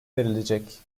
verilecek